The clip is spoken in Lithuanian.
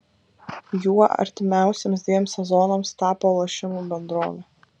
juo artimiausiems dviems sezonams tapo lošimų bendrovė